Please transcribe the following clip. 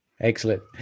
Excellent